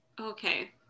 Okay